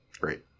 great